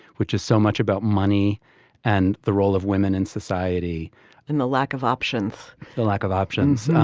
which is so much about money and the role of women in society and the lack of options, the lack of options.